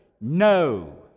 no